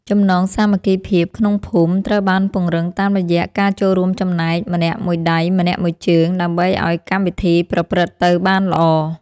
ចំណងសាមគ្គីភាពក្នុងភូមិត្រូវបានពង្រឹងតាមរយៈការចូលរួមចំណែកម្នាក់មួយដៃម្នាក់មួយជើងដើម្បីឱ្យកម្មវិធីប្រព្រឹត្តទៅបានល្អ។